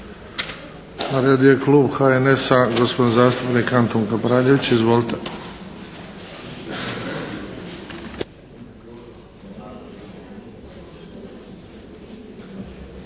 Na redu je Klub HNS-a gospodin zastupnik Antun Kapraljević. Izvolite.